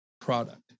product